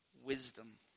wisdom